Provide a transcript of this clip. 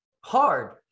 hard